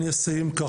אני אסיים כך,